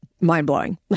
mind-blowing